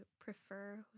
prefer